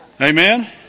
Amen